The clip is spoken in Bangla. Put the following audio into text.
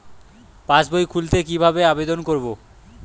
পাসবই খুলতে কি ভাবে আবেদন করব?